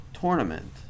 tournament